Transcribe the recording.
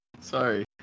Sorry